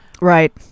Right